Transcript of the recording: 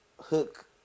hook